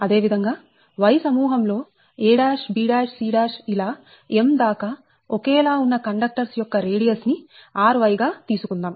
అదే విధం గా Y సమూహం లో a b c ఇలా m దాకా ఒకేలా ఉన్న కండక్టర్స్ యొక్క రేడియస్ ని ry గా తీసుకుందాం